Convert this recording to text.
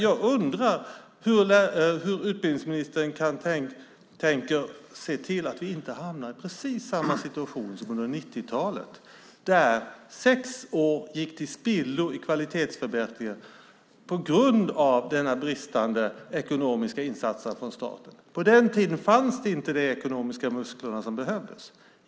Jag undrar hur utbildningsministern tänker se till att vi inte hamnar i precis samma situation som under 90-talet där sex år gick till spillo när det gäller kvalitetsförbättring på grund av de bristande ekonomiska insatserna från staten. På den tiden fanns inte de ekonomiska muskler som behövdes.